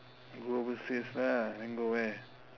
go overseas lah then go where